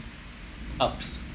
ups